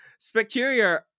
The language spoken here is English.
specteria